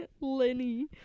Lenny